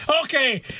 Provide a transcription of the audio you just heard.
Okay